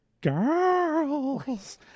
Girls